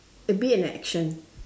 it'll be an action